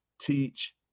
teach